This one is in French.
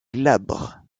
glabres